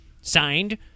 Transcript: Signed